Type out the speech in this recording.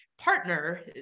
partner